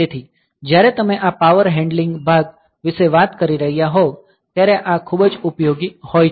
તેથી જ્યારે તમે આ પાવર હેન્ડલિંગ ભાગ વિશે વાત કરી રહ્યા હોવ ત્યારે આ ખૂબ જ ઉપયોગી હોય છે